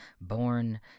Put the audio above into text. born